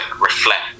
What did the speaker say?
reflect